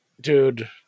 Dude